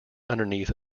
underneath